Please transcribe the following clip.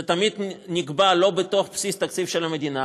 זה תמיד נקבע לא בבסיס התקציב של המדינה,